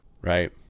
Right